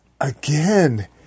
Again